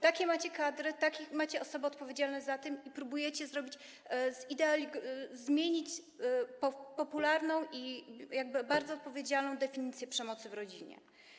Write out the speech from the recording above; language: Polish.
Takie macie kadry, takie macie osoby odpowiedzialne za to i próbujecie zmienić popularną i bardzo odpowiedzialną definicję przemocy w rodzinie.